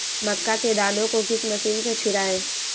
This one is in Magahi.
मक्का के दानो को किस मशीन से छुड़ाए?